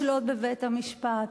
לשלוט בבית-המשפט.